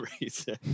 reason